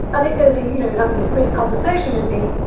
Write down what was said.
and it is a you know, is having this brief conversation with me.